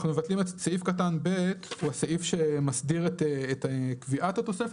סעיף קטן (ב) הוא הסעיף שמסדיר את קביעת התוספת